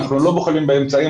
אנחנו לא בוחלים באמצעים,